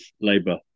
labour